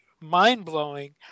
mind-blowing